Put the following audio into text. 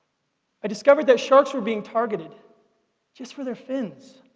i discovered that sharks were being targeted just for their fins.